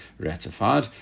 ratified